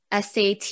SAT